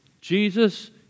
Jesus